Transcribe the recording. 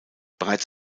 bereits